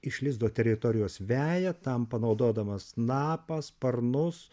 iš lizdo teritorijos veja tam panaudodamas snapą sparnus